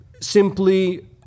simply